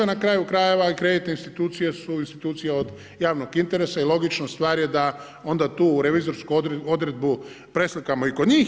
Na kraju krajeva i kreditne institucije su institucije od javnog interesa i logično stvar je da onda tu revizorsku odredbu preslikamo i kod njih.